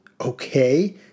Okay